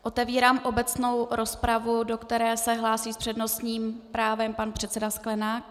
Otevírám obecnou rozpravu, do které se hlásí s přednostním právem pan předseda Sklenák.